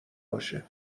باشه